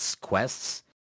quests